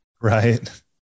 right